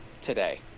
today